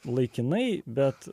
laikinai bet